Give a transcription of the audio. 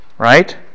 Right